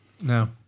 No